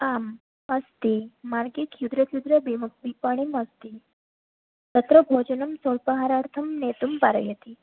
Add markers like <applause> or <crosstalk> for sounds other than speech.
आम् अस्ति मार्गे <unintelligible> विपणिः अस्ति तत्र भोजनं स्वल्पाहारार्थं नेतुं पारयति